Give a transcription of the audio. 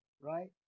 right